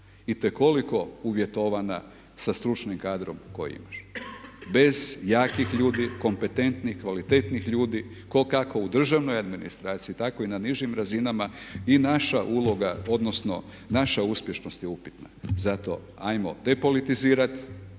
itekako uvjetovana sa stručnim kadrom koji …/Govornik se ne razumije./.... Bez jakih ljudi, kompetentnih, kvalitetnih ljudi tko kako u državnoj administraciji, tako i na nižim razinama i naša uloga, odnosno naša uspješnost je upitna. Zato ajmo depolitizirati